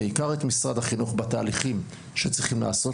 ואת משרד החינוך בתהליכים שצריכים להיעשות.